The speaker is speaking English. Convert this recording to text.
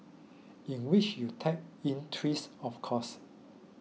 in which you type in twit of course